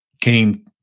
came